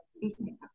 business